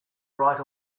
right